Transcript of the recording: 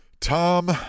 Tom